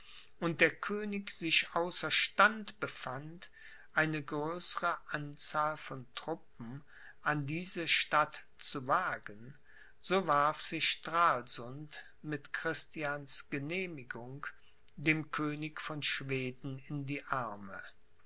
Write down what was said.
und der könig sich außer stand befand eine größere anzahl von truppen an diese stadt zu wagen so warf sich stralsund mit christians genehmigung dem könig von schweden in die arme